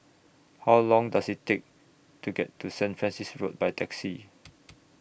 How Long Does IT Take to get to Saint Francis Road By Taxi